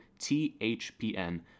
THPN